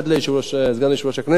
סגן יושב-ראש הכנסת,